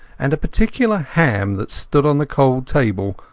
and a particular ham that stood on the cold table,